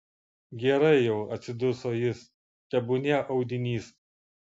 gerai jau atsiduso jis tebūnie audinys